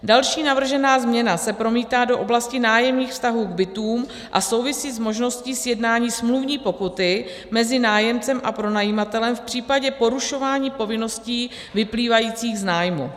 Další navržená změna se promítá do oblasti nájemních vztahů k bytům a souvisí s možností sjednání smluvní pokuty mezi nájemcem a pronajímatelem v případě porušování povinností vyplývajících z nájmu.